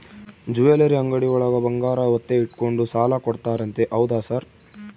Jewellery ಅಂಗಡಿಯೊಳಗ ಬಂಗಾರ ಒತ್ತೆ ಇಟ್ಕೊಂಡು ಸಾಲ ಕೊಡ್ತಾರಂತೆ ಹೌದಾ ಸರ್?